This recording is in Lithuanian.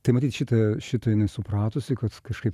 tai matyt šitą šitą jinai supratusi kad kažkaip